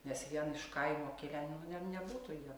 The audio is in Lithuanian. nes vien iš kaimo kilę nu ne nebūtų jie